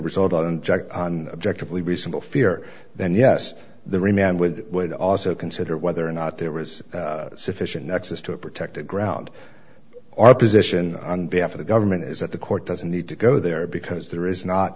result on jack on objective leave reasonable fear then yes the remand would would also consider whether or not there was sufficient nexus to a protected ground our position on behalf of the government is that the court doesn't need to go there because there is not